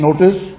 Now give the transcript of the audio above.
notice